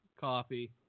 coffee